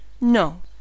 No